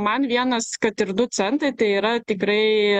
man vienas kad ir du centai tai yra tikrai